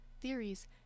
theories